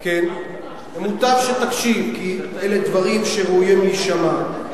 כן, מוטב שתקשיב כי אלה דברים שראויים להישמע.